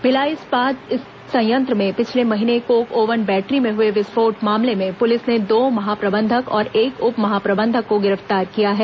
भिलाई इस्पात संयंत्र में पिछले महीने कोक ओवन बैटरी में हुए विस्फोट मामले में पुलिस ने दो महाप्रबंधक और एक उप महाप्रबंधक को गिरफ्तार किया है